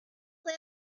fue